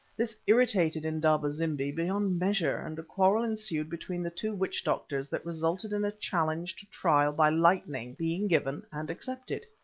this irritated indaba-zimbi beyond measure, and a quarrel ensued between the two witch-doctors that resulted in a challenge to trial by lightning being given and accepted.